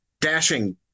dashing